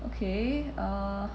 okay err